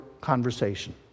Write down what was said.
conversation